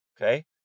Okay